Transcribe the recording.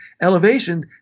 elevation